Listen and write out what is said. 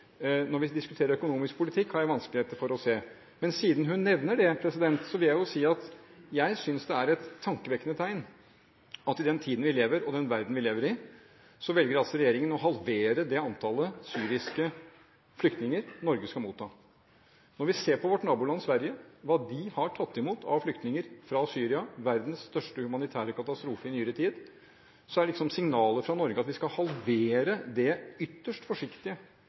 når vi diskuterer økonomisk politikk, har jeg vanskeligheter for å se. Men siden hun nevner dette, vil jeg si at jeg synes det er et tankevekkende tegn at i den tiden og den verden vi lever i, velger regjeringen å halvere det antallet syriske flyktninger Norge skal motta. Når vi ser på vårt naboland Sverige, hva de har tatt imot av flyktninger fra Syria – verdens største humanitære katastrofe i nyere tid – er signalet fra Norge at vi skal halvere det ytterst forsiktige